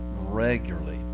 regularly